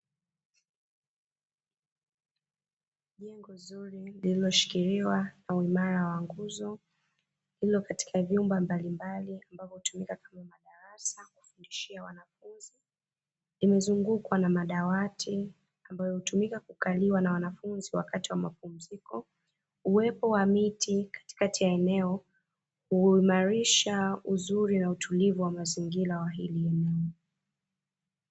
Jengo zuri lililoshikiliwa na uimara wa nguzo, lililo katika vyumba mbalimbali ambavyo hutumika kama madarasa kufundishia wanafunzi, limezungukwa na madawati ambayo hutumika kukaliwa na wanafunzi wakati wa mapumziko. Uwepo wa miti katikati ya eneo huimarisha uzuri na utulivu wa mazingira ya hili eneo.